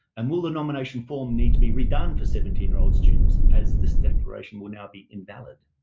and will the nomination form need to be redone for seventeen year old students as this declaration will now be invalid?